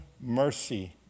mercy